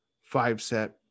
five-set